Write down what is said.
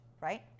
Right